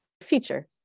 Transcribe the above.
feature